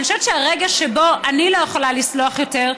אני חושבת שהרגע שבו אני לא יכולה לסלוח יותר,